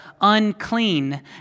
unclean